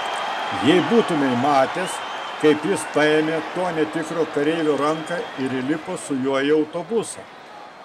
jei būtumei matęs kaip jis paėmė to netikro kareivio ranką ir įlipo su juo į autobusą